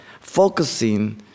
focusing